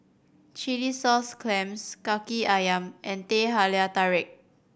chilli sauce clams Kaki Ayam and Teh Halia Tarik